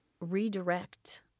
redirect